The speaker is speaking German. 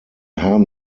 haben